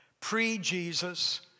pre-Jesus